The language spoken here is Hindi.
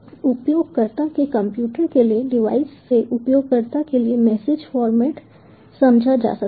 उपयोगकर्ता के कंप्यूटर के लिए डिवाइस से उपयोगकर्ता के लिए मैसेज फॉरमेट समझा जा सकता है